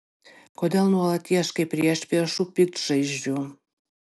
kodėl nuolat ieškai priešpriešų piktžaizdžių